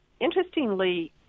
interestingly